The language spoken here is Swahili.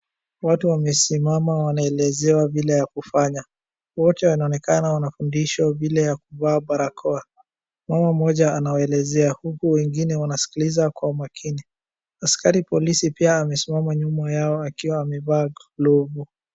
Watu wamesimama wanaelezewa vile ya kufanya, wote wanaonekana wanafundishwa vile ya kuvaa barakoa. Mama mmoja anaweelezea, huku wengine wanasikiliza kwa makini. Askari polisi pia amesimama nyuma yao akiwa amevaa glove .